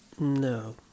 No